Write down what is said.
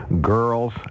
Girls